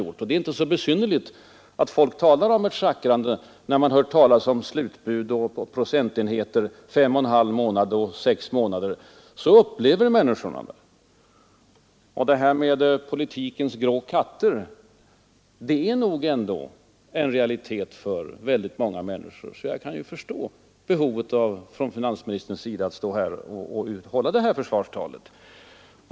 Och det är inte så besynnerligt att folk talar om ett schackrande när de hör talas om ”slutbud” och olika procentenheter hit och dit samt om 51/2 månad och 6 månader. Så upplever människorna det. Och ”politikens grå katter”, som herr Sträng talade om, har blivit en realitet för många människor. Jag kan därför förstå finansministerns behov av att hålla sitt försvarstal.